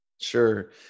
Sure